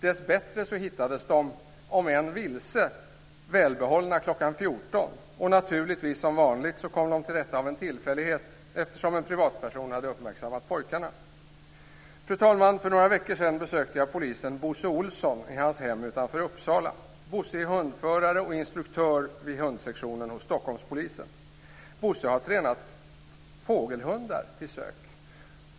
Dessbättre hittades de - om än vilse - välbehållna kl. 14. Naturligtvis kom de som vanligt till rätta av en tillfällighet, eftersom en privatperson hade uppmärksammat pojkarna. Fru talman! För några veckor sedan besökte jag polisen Bosse Olsson i hans hem utanför Uppsala. Bosse är hundförare och instruktör vid hundsektionen hos Stockholmspolisen. Bosse har tränat fågelhundar till sök.